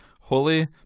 Holy